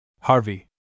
Harvey